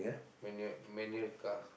manual manual car